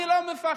אני לא מפחד,